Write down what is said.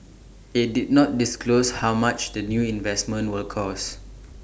IT did not disclose how much the new investment will cost